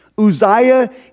Uzziah